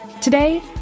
Today